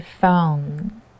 phone